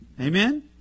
Amen